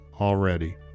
already